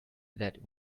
that